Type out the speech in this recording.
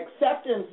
acceptance